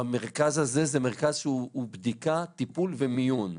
המרכז הזה הוא מרכז שהוא לבדיקה, טיפול ומיון.